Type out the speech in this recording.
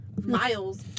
miles